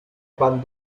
pan